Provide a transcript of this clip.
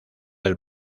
del